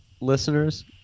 listeners